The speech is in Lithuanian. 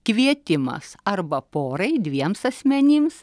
kvietimas arba porai dviems asmenims